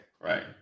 right